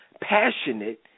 passionate